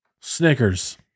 Snickers